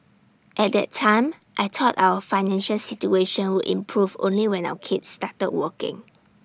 at that time I thought our financial situation would improve only when our kids started working